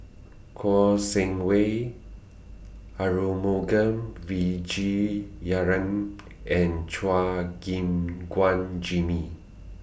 Kouo Shang Wei Arumugam and Chua Gim Guan Jimmy